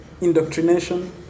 indoctrination